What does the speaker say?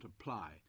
apply